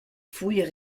fouilles